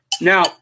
Now